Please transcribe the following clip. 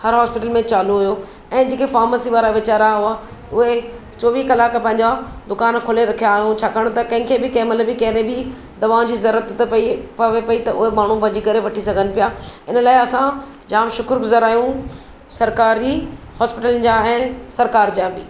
हर हॉस्पिटल में चालू हुयो ऐं जेके फार्मसी वारा वेचारा हुआ उहे चोवीह कलाक पंहिंजा दुकान खोले रखिया हुयऊं छाकाणि त कंहिंखे कंहिंमहिल बि कहिड़ी बि दवाउनि जी ज़रूरत पवे पई त माण्हू भॼी करे वठी सघनि पिया इनलाइ असां जामु शुक्रगुज़ार आहियूं सरकारी हॉस्पिटलुनि जा ऐं सरकार जा बि